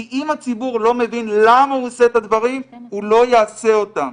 כי אם הציבור לא מבין למה הוא עושה את הדברים הוא לא יעשה אותם.